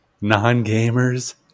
Non-gamers